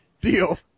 deal